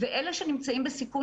אלה שנמצאים בסיכון,